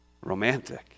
romantic